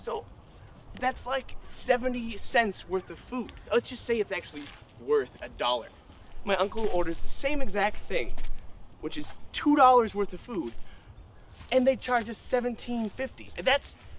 so that's like seventy cents worth of food let's just say it's actually worth a dollar my uncle orders the same exact thing which is two dollars worth of food and they charge a seven hundred fifty that's